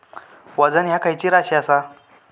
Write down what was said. वजन ह्या खैची राशी असा?